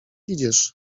idziesz